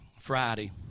Friday